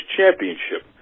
Championship